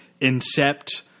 incept